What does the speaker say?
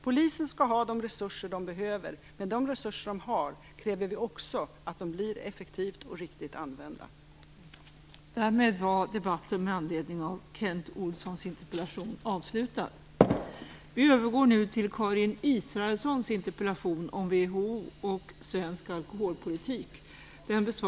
Polisen skall ha de resurser den behöver, men de resurser den har kräver vi också blir effektivt och riktigt använda.